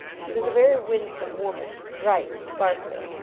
she was a very winsome woman, bright and sparkling,